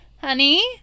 Honey